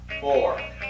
four